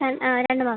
A ആ രണ്ട് മാസത്തെയാണ്